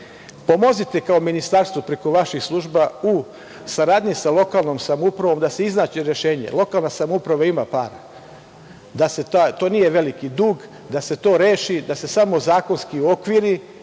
Pomozite kao ministarstvo preko vaših služba u saradnji sa lokalnom samoupravom da se iznađe rešenje. Lokalna samouprava ima para. To nije veliki dug da se to reši, da se samo zakonski uokviri